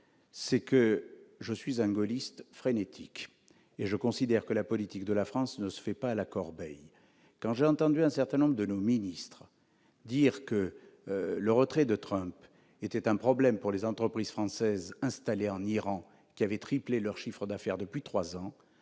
choqué. Étant un gaulliste frénétique, je considère que la politique de la France ne se fait pas à la corbeille. Or j'ai entendu un certain nombre de ministres indiquer que le retrait de M. Trump créait un problème pour les entreprises françaises installées en Iran, celles-ci ayant triplé leur chiffre d'affaires depuis trois ans.